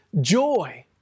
joy